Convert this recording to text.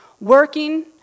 working